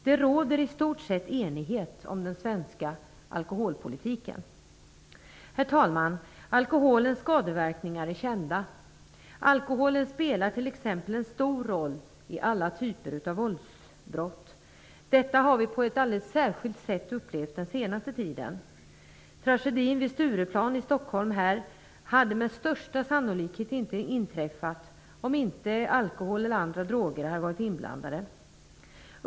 Det råder i stort sett enighet om den svenska alkoholpolitiken. Herr talman! Alkoholens skadeverkningar är kända. Alkoholen spelar t.ex. en stor roll i alla typer av våldsbrott. Detta har vi på ett alldeles särskilt sätt upplevt den senaste tiden. Tragedin här vid Stureplan i Stockholm hade med största sannolikhet inte inträffat om inte alkohol eller andra droger hade varit inblandade.